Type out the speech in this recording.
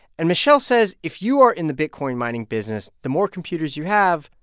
and michel says, if you are in the bitcoin mining business, the more computers you have,